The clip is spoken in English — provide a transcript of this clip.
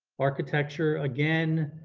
architecture again.